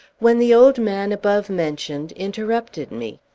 when the old man above mentioned interrupted me.